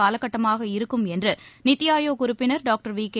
காலகட்டமாக இருக்கும் என்று நித்தி ஆயோக் உறுப்பினர் டாக்டர் விகே